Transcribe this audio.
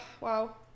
Wow